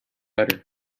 better